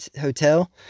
hotel